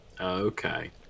okay